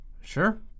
Sure